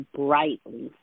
brightly